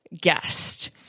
guest